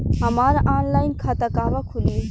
हमार ऑनलाइन खाता कहवा खुली?